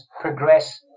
progress